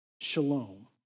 shalom